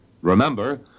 Remember